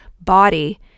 body